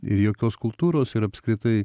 ir jokios kultūros ir apskritai